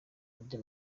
buryo